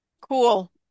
Cool